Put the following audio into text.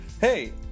Hey